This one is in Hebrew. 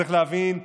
צריך להבין,